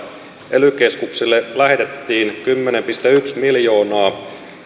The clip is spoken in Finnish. ely keskuksille lähetettiin kymmenen pilkku yksi miljoonaa